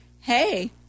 Hey